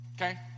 Okay